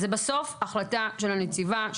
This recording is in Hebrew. בסוף זוהי החלטה של הנציבה,